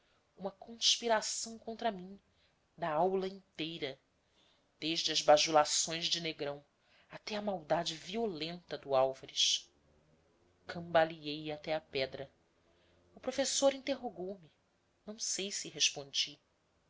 uma conspiração contra mim da aula inteira desde as bajulações de negrão até à maldade violenta do álvares cambaleei até à pedra o professor interrogou me não sei se respondi